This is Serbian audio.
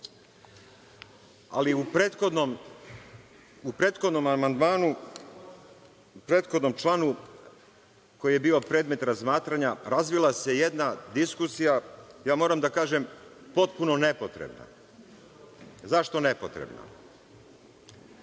prethodnom članu, koji je bio predmet razmatranja, razvila se jedna diskusija, ja moram da kažem potpuno nepotrebna. Zašto nepotrebna?